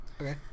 Okay